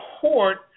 Court